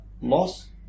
loss